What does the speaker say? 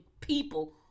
people